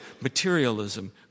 Materialism